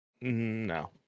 No